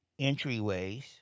entryways